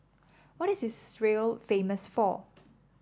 what is Israel famous for